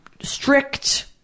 Strict